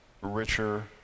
richer